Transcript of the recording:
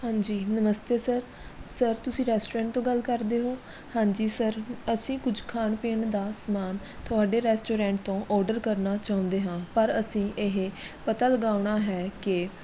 ਹਾਂਜੀ ਨਮਸਤੇ sir sir ਤੁਸੀਂ ਰੈਸਟੋਰੈਂਟ ਤੋਂ ਗੱਲ ਕਰਦੇ ਹੋ ਹਾਂਜੀ ਸਰ ਅਸੀਂ ਕੁਝ ਖਾਣ ਪੀਣ ਦਾ ਸਮਾਨ ਤੁਹਾਡੇ ਰੈਸਟੋਰੈਂਟ ਤੋਂ ਔਡਰ ਕਰਨਾ ਚਾਹੁੰਦੇ ਹਾਂ ਪਰ ਅਸੀਂ ਇਹ ਪਤਾ ਲਗਾਉਣਾ ਹੈ ਕਿ